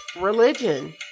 religion